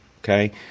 Okay